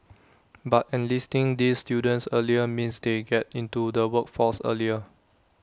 but enlisting these students earlier means they get into the workforce earlier